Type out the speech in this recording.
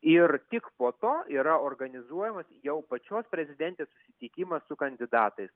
ir tik po to yra organizuojamas jau pačios prezidentės susitikimas su kandidatais